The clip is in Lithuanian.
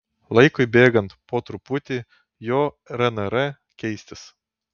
laikui bėgant po truputį jo rnr keistis